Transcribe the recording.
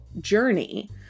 journey